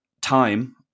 time